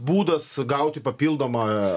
būdas gauti papildomą